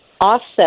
Offset